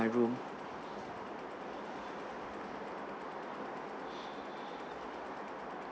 my room